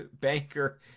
Banker